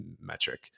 metric